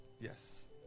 Yes